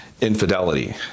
infidelity